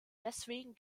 deswegen